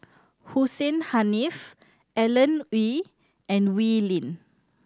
Hussein Haniff Alan Oei and Wee Lin